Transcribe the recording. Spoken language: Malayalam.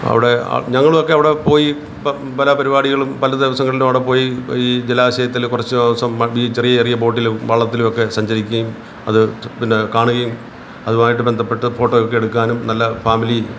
അവിടെ ഞങ്ങൾ ഒക്കെ അവിടെ പോയി പ പല പരിപാടികളും പല ദിവസങ്ങളിലും അവിടെ പോയി ഈ ജലാശയത്തിൽ കുറച്ച് ദിവസം ഈ ചെറിയ ചെറിയ ബോട്ടിലും വള്ളത്തിലും ഒക്കെ സഞ്ചരിക്കുവേം അത് പിന്നെ കാണുകയും അതുമായിട്ട് ബന്ധപ്പെട്ട് ഫോട്ടോ ഒക്കെ എടുക്കാനും നല്ല ഫാമിലി